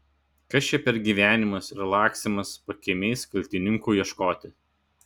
kas čia per gyvenimas ir lakstymas pakiemiais kaltininkų ieškoti